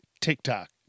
TikTok